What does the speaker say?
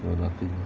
uh nothing